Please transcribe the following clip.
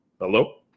Hello